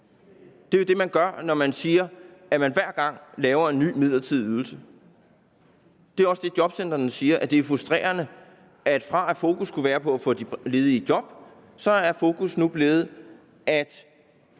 Det er jo det, man gør, når man hver gang laver en ny midlertidig ydelse. Det er også det, de siger ude i jobcentrene, nemlig at det er frustrerende, at fra at fokus skulle være på at få de ledige i job, er fokus nu blevet rettet